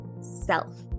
self